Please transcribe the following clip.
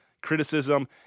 criticism